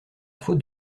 faute